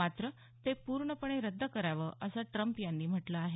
मात्र ते पूर्णपणे रद्द करावं असं ट्रम्प यांनी म्हटलं आहे